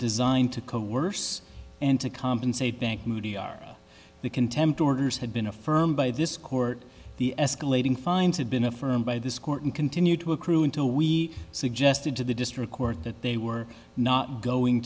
designed to co worse and to compensate bank muti are the contempt orders have been affirmed by this court the escalating fines have been affirmed by this court and continued to accrue until we suggested to the district court that they were not going